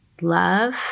love